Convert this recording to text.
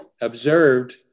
observed